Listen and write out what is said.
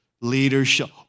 leadership